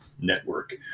network